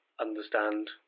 understand